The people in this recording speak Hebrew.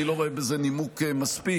אני לא רואה בזה נימוק מספיק,